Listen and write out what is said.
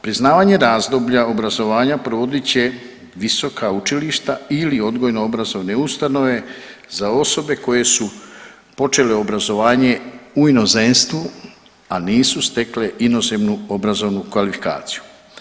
Priznavanje razdoblja obrazovanja provodit će visoka učilišta ili odgojno obrazovne ustanove za osobe koje su počele obrazovanje u inozemstvu, a nisu stekle inozemnu obrazovnu kvalifikaciju.